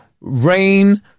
rain